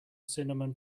cinnamon